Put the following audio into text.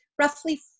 roughly